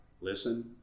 listen